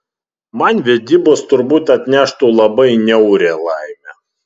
man vedybos turbūt atneštų labai niaurią laimę